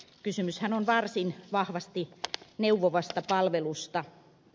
kysymyshän on varsin vahvasti neuvovasta palvelusta